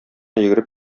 йөгереп